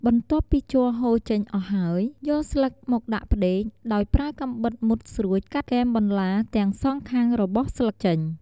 បន្ទាប់ពីជ័រហូរចេញអស់ហើយ យកស្លឹកមកដាក់ផ្ដេក ដោយប្រើកាំបិតមុតស្រួចកាត់គែមបន្លាទាំងសងខាងរបស់ស្លឹកចេញ។